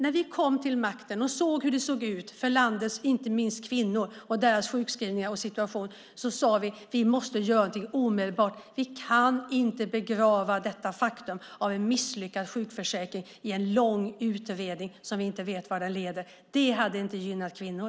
När vi kom till makten och såg hur det såg ut, inte minst för landets kvinnor, deras sjukskrivningar och den övriga situationen, sade vi: Vi måste göra något omedelbart. Vi kan inte begrava detta faktum med en misslyckad sjukförsäkring i en lång utredning som vi inte vet vad den leder till. Det hade inte gynnat kvinnor.